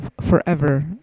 forever